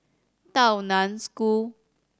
Tao Nan School